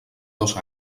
dos